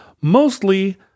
mostly